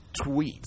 tweets